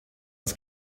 das